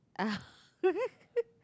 ah